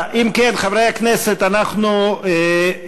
גם אין ויכוח, חברת הכנסת אלהרר.